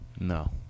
No